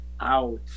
out